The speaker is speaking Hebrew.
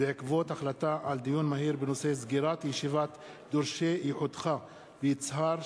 בעקבות דיון מהיר בנושא: סגירת ישיבת "דורשי יחודך" ביצהר,